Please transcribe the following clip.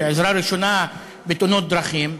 עזרה ראשונה, בתאונות דרכים.